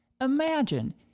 Imagine